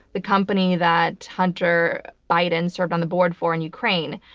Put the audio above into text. the company that hunter biden served on the board for in ukraine.